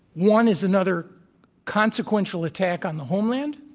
one is another consequential attack on the homeland